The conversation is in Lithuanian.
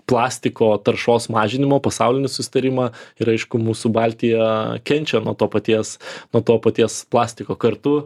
plastiko taršos mažinimo pasaulinį susitarimą ir aišku mūsų baltija kenčia nuo to paties nuo to paties plastiko kartu